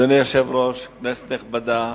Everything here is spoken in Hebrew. אדוני היושב-ראש, כנסת נכבדה,